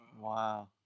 Wow